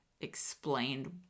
explained